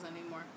anymore